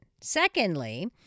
Secondly